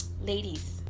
Ladies